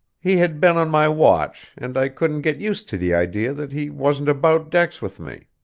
he had been on my watch, and i couldn't get used to the idea that he wasn't about decks with me.